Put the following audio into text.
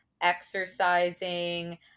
exercising